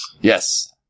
Yes